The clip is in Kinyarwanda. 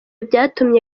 byatumye